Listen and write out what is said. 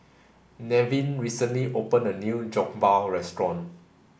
Nevin recently opened a new Jokbal restaurant